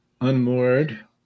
Unmoored